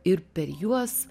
ir per juos